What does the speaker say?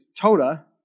toda